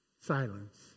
Silence